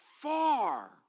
far